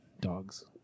dogs